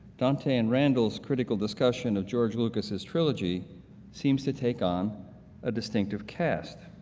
dante and randall's critical discussion of george lucas's trilogy seems to take on a distinctive cast.